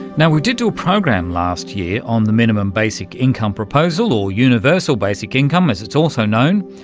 now, we did do a program last year on the minimum basic income proposal, or universal basic income as it's also known.